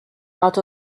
art